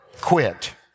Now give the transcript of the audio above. quit